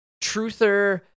Truther